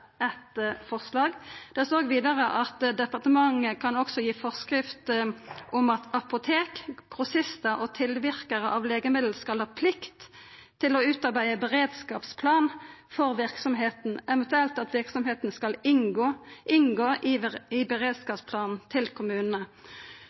forslag. Det står vidare at: «Departementet kan også gi forskrift om at apotek, grossister og tilvirkere av legemidler skal ha plikt til å utarbeide beredskapsplan for virksomheten, eventuelt at virksomhetene skal inngå i